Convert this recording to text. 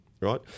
right